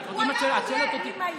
את שואלת אותי,